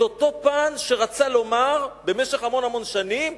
את אותו פן שרצה לומר במשך המון המון שנים: